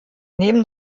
neben